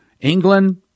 England